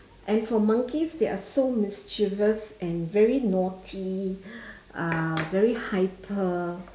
and for monkeys they are so mischievous and very naughty uh very hyper